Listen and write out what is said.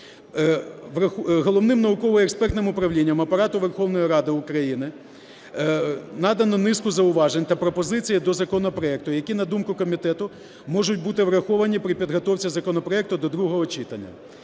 Головним науково-експертним управлінням Апарату Верховної Ради України надано низку зауважень та пропозицій до законопроекту, які, на думку комітету, можуть бути враховані при підготовці законопроекту до другого читання.